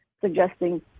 suggesting